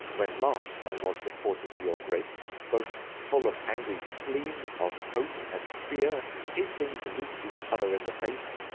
when last i was reporter to your grace, both full of angry spleen, of hope, and fear, hasting to meet each other in the face,